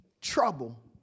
trouble